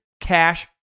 cash